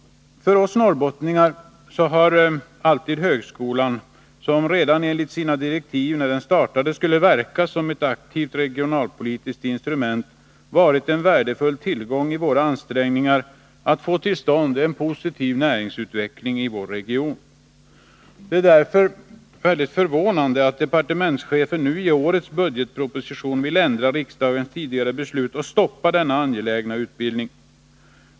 För oss norrbottningar har alltid högskolan — som redan enligt direktiven när den startade skulle verka som ett aktivt regionalpolitiskt instrument — varit en värdefull tillgång i ansträngningarna att få till stånd en positiv näringsutveckling i vår region. Det är därför förvånande att departementschefen nu i årets budgetproposition vill ändra riksdagens tidigare beslut och stoppa denna angelägna utbildning.